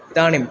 इदानीम्